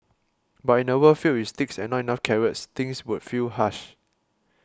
but in a world filled with sticks and not enough carrots things would feel harsh